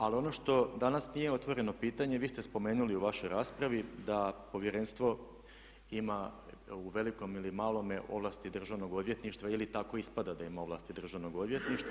Ali ono što danas nije otvoreno pitanje vi ste spomenuli u vašoj raspravi da povjerenstvo ima u velikom ili malome ovlasti Državnog odvjetništva ili tako ispada da ima ovlasti Državnog odvjetništva.